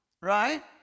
Right